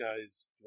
guy's